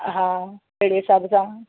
हा अहिड़े हिसाब सां